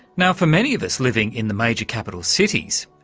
now for many of us living in the major capital cities,